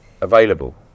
available